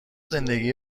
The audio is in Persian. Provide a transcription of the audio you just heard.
زندگی